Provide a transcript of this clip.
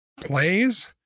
plays